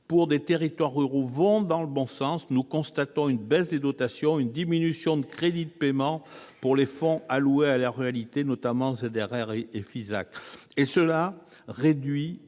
faveur des territoires ruraux vont dans le bon sens, nous constatons une baisse des dotations, une diminution des crédits de paiement pour les fonds alloués à la ruralité, qu'il s'agisse du FISAC ou des ZRR.